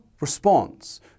response